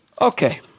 Okay